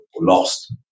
lost